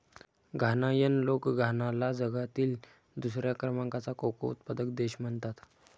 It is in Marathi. घानायन लोक घानाला जगातील दुसऱ्या क्रमांकाचा कोको उत्पादक देश म्हणतात